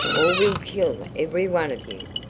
or we'll kill every one of you!